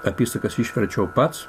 apysakas išverčiau pats